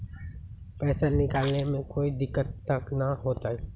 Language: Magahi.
पैसा निकाले में कोई दिक्कत त न होतई?